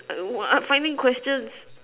err what finding questions